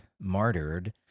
martyred